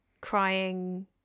crying